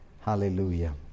Hallelujah